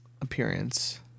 appearance